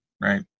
right